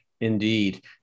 Indeed